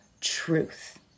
truth